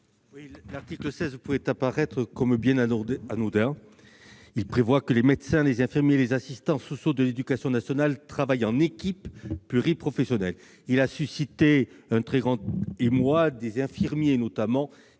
L'article 16 pouvait paraître bien anodin : il prévoit que les médecins, les infirmiers et les assistants sociaux de l'éducation nationale travaillent en équipes pluriprofessionnelles. Mais il a suscité un très grand émoi, les infirmiers notamment